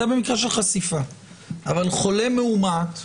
אבל חולה מאומת,